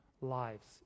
lives